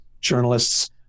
journalists